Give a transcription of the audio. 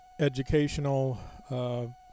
educational